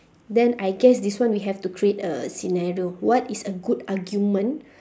then I guess this one we have to create a scenario what is a good argument